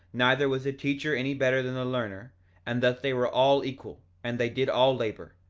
neither was the teacher any better than the learner and thus they were all equal, and they did all labor,